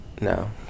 No